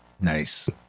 Nice